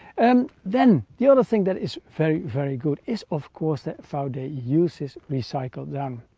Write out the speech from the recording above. and then the other thing that is very very good is of course that vaude uses recycled down.